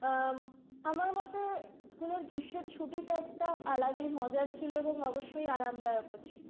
আমার মতে স্কুলের গ্রীষ্মের ছুটিটা একটা আলাদাই মজার ছিল এবং অবশ্যই আরামদায়কও ছিল